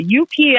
UPS